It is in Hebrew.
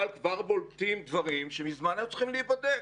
אבל כבר בולטים דברים שמזמן היו צריכים להיבדק.